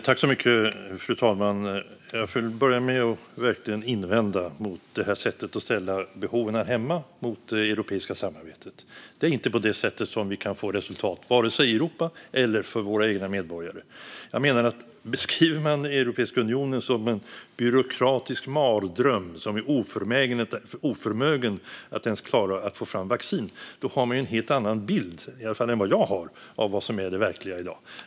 Fru talman! Jag vill börja med att verkligen invända mot det här sättet att ställa behov här hemma emot det europeiska samarbetet. Det är inte på det sättet som vi kan få resultat, vare sig i Europa eller för våra egna medborgare. Jag menar att om man beskriver Europeiska unionen som en byråkratisk mardröm som är oförmögen att ens klara att få fram vaccin, då har man en helt annan bild i alla fall än vad jag har av vad som är det verkliga i dag.